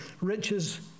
riches